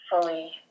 fully